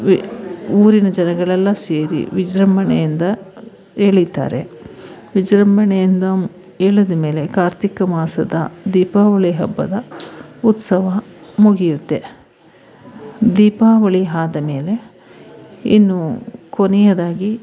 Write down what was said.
V ಊರಿನ ಜನಗಳೆಲ್ಲ ಸೇರಿ ವಿಜೃಂಭಣೆಯಿಂದ ಎಳಿತಾರೆ ವಿಜೃಂಭಣೆಯಿಂದ ಎಳೆದ ಮೇಲೆ ಕಾರ್ತಿಕ ಮಾಸದ ದೀಪಾವಳಿ ಹಬ್ಬದ ಉತ್ಸವ ಮುಗಿಯುತ್ತೆ ದೀಪಾವಳಿ ಆದ ಮೇಲೆ ಇನ್ನೂ ಕೊನೆಯದಾಗಿ